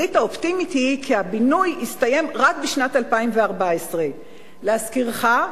התחזית האופטימית היא כי הבינוי יסתיים רק בשנת 2014. להזכירך,